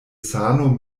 sano